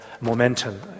momentum